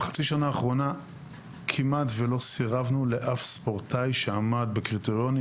לא סירבנו לאף ספורטאי שעמד בקריטריונים